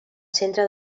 centre